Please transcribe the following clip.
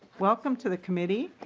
welcome to the committee.